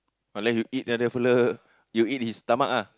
unless you eat that fella you eat his stomach ah